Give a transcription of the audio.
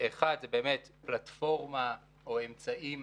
האחד, זה פלטפורמה או אמצעים